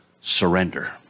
Surrender